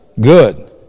good